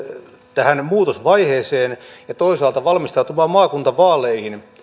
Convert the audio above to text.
tähän muutosvaiheeseen ja toisaalta valmistautumaan maakuntavaaleihin